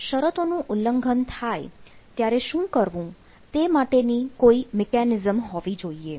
આમ શરતોનું ઉલ્લંઘન થાય ત્યારે શું કરવું તે માટેની કોઈ યંત્રણા હોવી જોઈએ